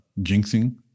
jinxing